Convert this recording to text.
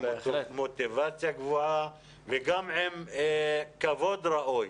עם מוטיבציה גבוהה וגם עם כבוד ראוי,